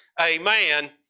Amen